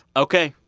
ok,